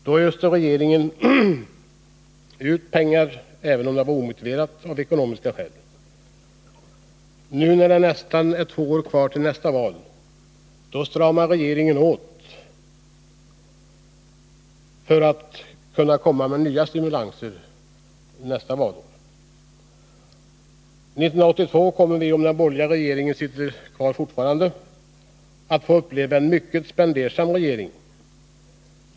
Då öste regeringen ut pengar för att bli populär, även om det var omotiverat av ekonomiska skäl. Nu när det är nästan två år kvar till nästa val stramar regeringen åt, trots att det rätta vore att stimulera. 1982 kommer vi, om den borgerliga regeringen sitter kvar fortfarande, att få uppleva en mycket spendersam regering.